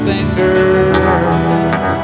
Fingers